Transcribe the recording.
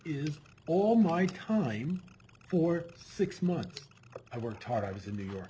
is all my time for six months i worked hard i was in new york